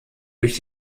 durch